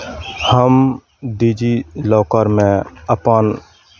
हम डिजिलॉकरमे अपन